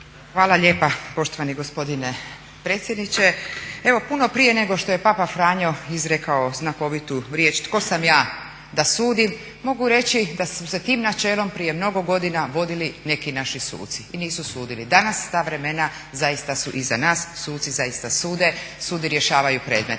Hvala lijepa poštovani gospodine predsjedniče. Evo puno prije nego što je Papa Franjo izrekao znakovitu riječ "Tko sam ja da sudim" mogu reći da su se tim načelom prije mnogo godina vodili neki naši suci i nisu sudili. Danas ta vremena zaista su iza nas, suci zaista sude, sude i rješavaju predmete